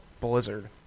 blizzard